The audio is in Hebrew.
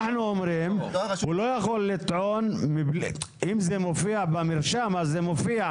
אנחנו אומרים שאם זה מופיע במרשם, זה מופיע.